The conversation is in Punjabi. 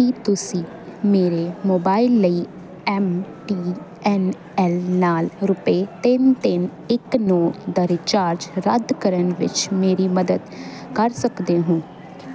ਕੀ ਤੁਸੀਂ ਮੇਰੇ ਮੋਬਾਈਲ ਲਈ ਐੱਮ ਟੀ ਐੱਨ ਐੱਲ ਨਾਲ ਰੁਪਏ ਤਿੰਨ ਤਿੰਨ ਇੱਕ ਨੌਂ ਦਾ ਰੀਚਾਰਜ ਰੱਦ ਕਰਨ ਵਿੱਚ ਮੇਰੀ ਮਦਦ ਕਰ ਸਕਦੇ ਹੋ